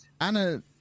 Anna